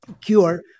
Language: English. cure